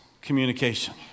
communication